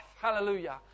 Hallelujah